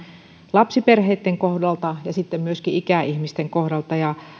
lapsiperheitten kohdalta ja sitten myöskin ikäihmisten kohdalta